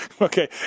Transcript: Okay